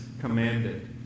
commanded